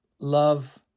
love